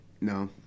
No